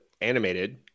animated